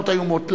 למלחמות איומות.